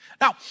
Now